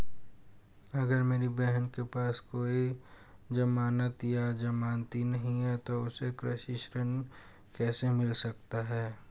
अगर मेरी बहन के पास कोई जमानत या जमानती नहीं है तो उसे कृषि ऋण कैसे मिल सकता है?